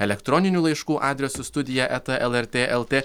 elektroninių laiškų adresu studija eta lrt lt